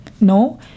no